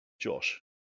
Josh